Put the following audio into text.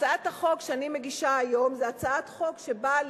הצעת החוק שאני מגישה היום היא הצעת חוק שבאה